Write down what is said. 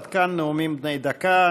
עד כאן נאומים בני דקה.